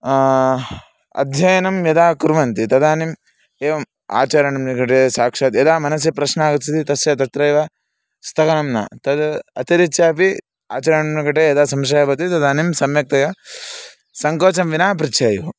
अध्ययनं यदा कुर्वन्ति तदानीम् एवम् आचार्याणां निकटे साक्षात् यदा मनसि प्रश्नमागच्छति तस्य तत्रैव स्थगनं न तत् अतिरिच्यापि आचार्याणां निकटे यदा संशयः भवति तदानीं सम्यक्तया सङ्कोचं विना पृच्छेयुः